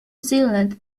zealand